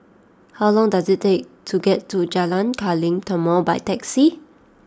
how long does it take to get to Jalan Kilang Timor by taxi